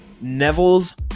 neville's